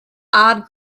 odd